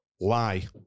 Lie